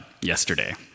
yesterday